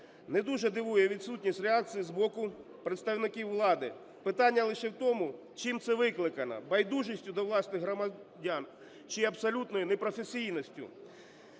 не дуже дивує відсутність реакції з боку представників влади. Питання лише в тому, чим це викликано – байдужістю до власних громадян чи абсолютною непрофесійністю?